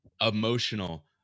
emotional